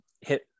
hit